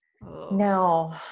No